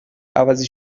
عوضی